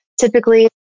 Typically